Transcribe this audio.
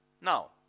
Now